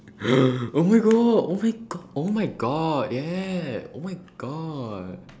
oh my god oh my g~ oh my god yeah oh my god